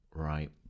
right